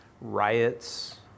riots